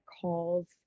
calls